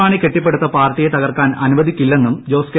മാണി കെട്ടിപ്പടൂത്ത് പാർട്ടിയെ തകർക്കാൻ അനുവദിക്കില്ലെന്നും ജ്യോസ് കെ